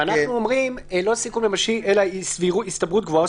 אנחנו אומרים לא "סיכון ממשי" אלא "הסתברות גבוהה" או